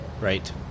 Right